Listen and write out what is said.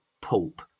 pulp